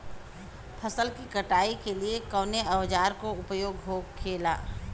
फसल की कटाई के लिए कवने औजार को उपयोग हो खेला?